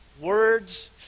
Words